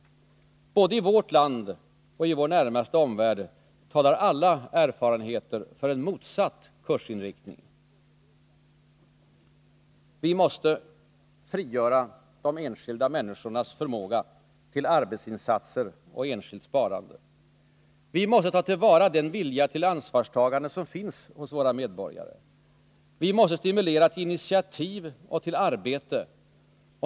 Både i vårt land och i vår närmaste omvärld talar alla erfarenheter för en motsatt kursinriktning. Vi måste frigöra de enskilda människornas förmåga till arbetsinsatser och enskilt sparande. Vi måste ta till vara den vilja till ansvarstagande som finns hos våra medborgare. Vi måste stimulera till initiativ och till arbete.